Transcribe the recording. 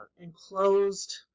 enclosed